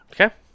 Okay